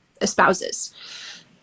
espouses